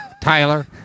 Tyler